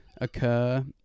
occur